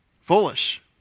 foolish